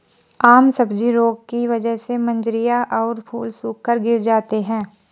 आम सब्जी रोग की वजह से मंजरियां और फूल सूखकर गिर जाते हैं